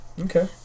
Okay